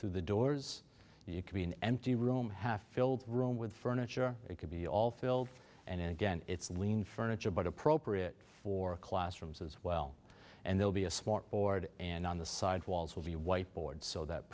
through the doors and you could be an empty room half filled room with furniture it could be all filled and again it's lean furniture but appropriate for classrooms as well and they'll be a smart board and on the side walls will be a white board so that